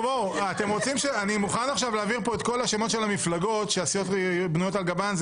אני מוכן להעביר פה את כל השמות של המפלגות שהסיעות בנויות על גבן,